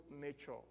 nature